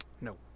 No